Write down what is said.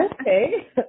okay